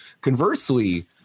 conversely